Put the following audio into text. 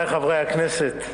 חבריי חברי הכנסת,